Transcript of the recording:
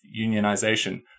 unionization